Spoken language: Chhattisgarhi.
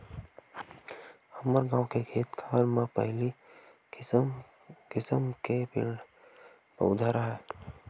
हमर गाँव के खेत खार म पहिली किसम किसम के पेड़ पउधा राहय